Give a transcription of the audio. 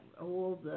old